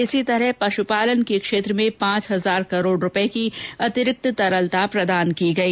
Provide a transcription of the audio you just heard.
इसी तरह पशुपालन के क्षेत्र में पांच हजार करोड़ रूपए की अतिरिक्त तरलता प्रदान की गई